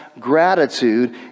gratitude